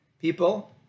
People